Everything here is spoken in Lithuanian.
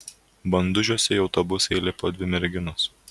bandužiuose į autobusą įlipo dvi merginos